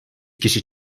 kişi